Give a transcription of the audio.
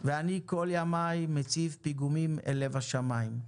ואני כל ימיי מציב פיגומים אל לב השמיים".